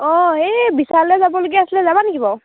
অঁ এই বিশালে যাবলগীয়া আছিলে যাবা নেকি বাৰু